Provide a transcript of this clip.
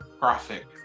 graphic